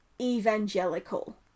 evangelical